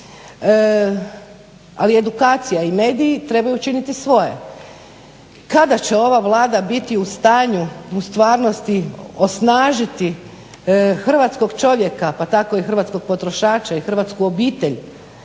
Ali edukacija i mediji trebaju učiniti svoje. Kada će ova Vlada biti u stanju u stvarnosti osnažiti hrvatskog čovjeka, pa tako i hrvatskog potrošača i hrvatsku obitelj